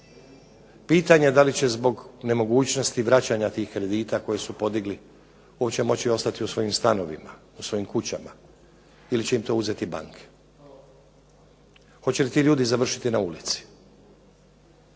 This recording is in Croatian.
Pitanje je da li će zbog nemogućnosti vraćanja tih kredita koje su podigli uopće moći ostati u svojim stanovima, u svojim kućama ili će im to uzeti banke. Hoće li ti ljudi završiti na ulici.